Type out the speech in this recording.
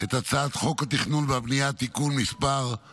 את הצעת חוק התכנון והבנייה (תיקון מס' 154,